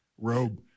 Robe